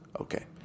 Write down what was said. Okay